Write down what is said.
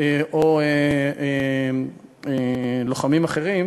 או לוחמים אחרים,